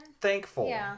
thankful